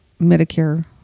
Medicare